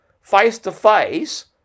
face-to-face